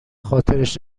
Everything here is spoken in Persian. خاطرش